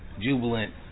jubilant